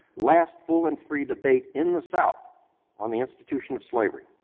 last full and free debate in the south on the institution of slavery.